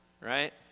Right